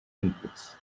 inputs